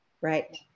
Right